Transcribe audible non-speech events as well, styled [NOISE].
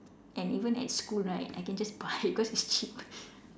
and even at school right I can just buy [LAUGHS] because it's cheap [LAUGHS]